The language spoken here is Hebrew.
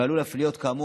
ועלול אף להיות כאמור,